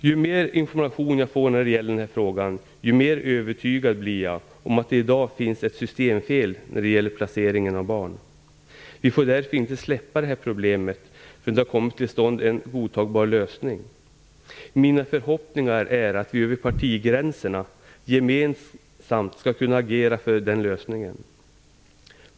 Ju mer information jag får när det gäller den här frågan, desto mer övertygad blir jag om att det i dag finns ett systemfel när det gäller placeringen av barn. Vi får därför inte släppa det här problemet förrän det har kommit till stånd en godtagbar lösning. Mina förhoppningar är att vi över partigränserna gemensamt skall kunna agera för den lösningen.